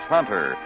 Hunter